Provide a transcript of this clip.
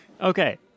Okay